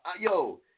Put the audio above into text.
yo